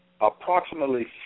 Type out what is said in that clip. approximately